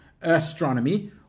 astronomy